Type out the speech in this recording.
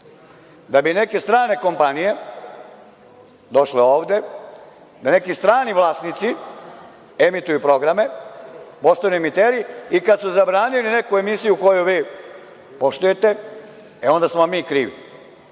da bi neke strane kompanije došle ovde, da neki strani vlasnici emituju programe, postanu emiteri. Kad su zabranili neku emisiju koju vi poštujete, e onda smo vam mi krivi.